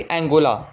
Angola